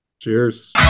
Cheers